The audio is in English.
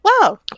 wow